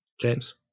James